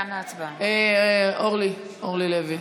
אורלי לוי.